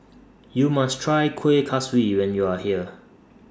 YOU must Try Kuih Kaswi when YOU Are here